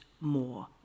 more